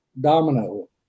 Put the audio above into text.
domino